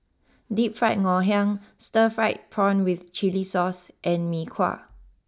deep Fried Ngoh Hiang Stir Fried Prawn with Chili Sauce and Mee Kuah